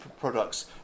products